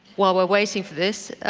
while we're waiting for this,